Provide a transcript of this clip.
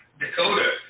Dakota